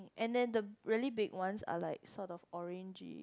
and then the really big ones are like sort of orangey